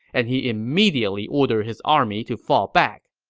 and he immediately ordered his army to fall back.